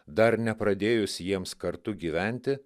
dar nepradėjus jiems kartu gyventi